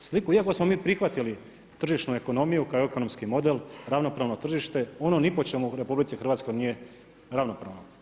Sliku iako smo mi prihvatili tržišnu ekonomiju kao ekonomski model, ravnopravno tržište, ono ni po čemu u RH nije ravnopravno.